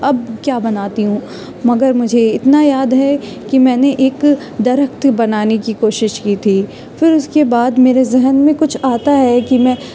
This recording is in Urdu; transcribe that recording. اب کیا بناتی ہوں مگر مجھے اتنا یاد ہے کہ میں نے ایک درخت بنانے کی کوشش کی تھی پھر اس کے بعد میرے ذہن میں کچھ آتا ہے کہ میں